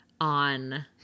on